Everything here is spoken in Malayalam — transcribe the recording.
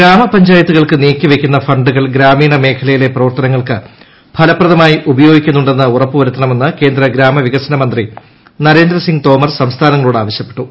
ഗ്രാമ പഞ്ചായത്തുകൾക്ക് നീക്കിവയ്ക്കുന്ന ഫണ്ടുകൾ ഗ്രാമീണ മേഖലയിലെ പ്രവർത്തനങ്ങൾക്ക് ഫലപ്രദമായി ഉപയോഗിക്കുന്നുണ്ടെന്ന് ഉറപ്പുവരുത്തണമെന്ന് കേന്ദ്ര ഗ്രാമ വികസന മന്ത്രി നരേന്ദ്രസിംഗ് തോമർ സംസ്ഥാനങ്ങളോട് ആവശ്യപ്പെട്ടു